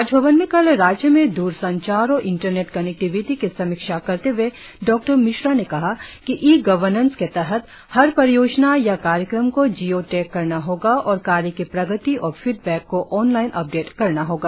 राजभवन में कल राज्य में द्रसंचार और इंटरनेट कनेक्टिविटी की समीक्षा करते हए डॉमिश्रा ने कहा कि इ गवर्नेस के तहत हर परियोजना या कार्यक्रम को जियो टैग करना होगा और कार्य की प्रगति और फीडबैक को ऑनलाइन अपडेट करना होगा